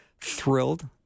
thrilled